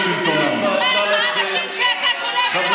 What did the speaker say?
חבר